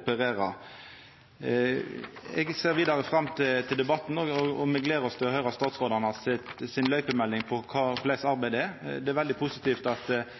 opererer. Eg ser fram til den vidare debatten, og me gler oss til å høyra statsrådane si løypemelding på korleis arbeidet går. Det er veldig positivt at